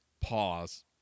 Pause